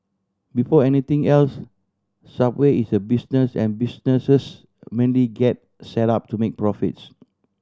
before anything else Subway is a business and businesses mainly get set up to make profits